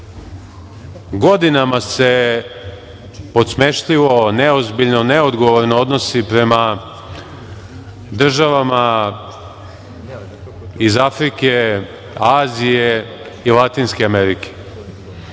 godinama se podsmešljivo, neozbiljno, neodgovorno odnosi prema državama iz Afrike, Azije i Latinske Amerike